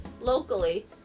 locally